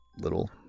little